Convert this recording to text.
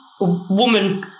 woman